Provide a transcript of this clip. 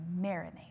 marinate